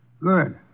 Good